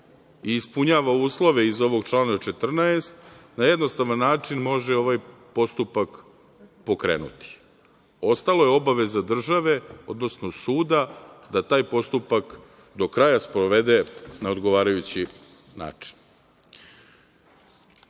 i ispunjava uslove iz ovog člana 14. na jednostavan način može ovaj postupak pokrenuti, ostalo je obaveza države, odnosno suda da taj postupak do kraja sprovede na odgovarajući način. Nisu